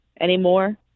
anymore